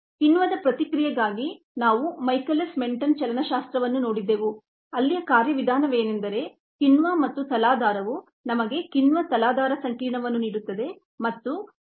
ಕಿಣ್ವದ ಪ್ರತಿಕ್ರಿಯೆಗಾಗಿ ನಾವು ಮೈಕೆಲಿಸ್ ಮೆನ್ಟೆನ್ ಚಲನಶಾಸ್ತ್ರ ಕೈನೆಟಿಕ್ಸ್ ವನ್ನು ನೋಡಿದ್ದೆವು ಅಲ್ಲಿಯ ಕಾರ್ಯವಿಧಾನವೇನೆಂದರೆ ಕಿಣ್ವ ಮತ್ತು ತಲಾಧಾರವು ನಮಗೆ ಕಿಣ್ವ ತಲಾಧಾರ ಸಂಕೀರ್ಣವನ್ನು ನೀಡುತ್ತದೆ